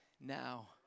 now